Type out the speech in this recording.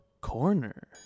Corner